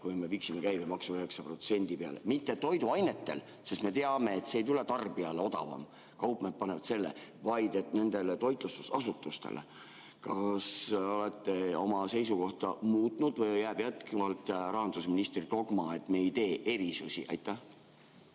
kui me viiksime käibemaksu 9% peale. Mitte toiduainetel, sest me teame, et see ei tule tarbijale odavam, kaupmehed panevad selle juurde, vaid nendel toitlustusasutustel. Kas olete oma seisukohta muutnud või jääb jätkuvalt rahandusministri dogma, et me ei tee erisusi? Andres